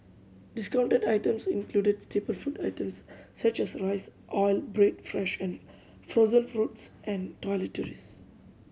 discounted items included staple food items such as rice oil bread fresh and frozen fruits and toiletries